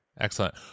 excellent